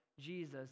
Jesus